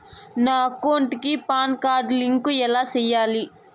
నా అకౌంట్ కి PAN card link ఎలా సేయాలి